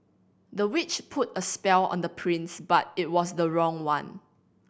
the witch put a spell on the prince but it was the wrong one